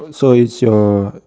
so it's your